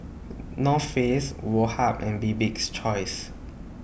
North Face Woh Hup and Bibik's Choice